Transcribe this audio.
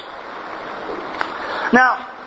Now